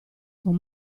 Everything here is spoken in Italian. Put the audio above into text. con